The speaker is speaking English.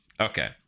Okay